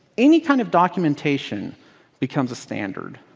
any kind of documentation becomes a standard.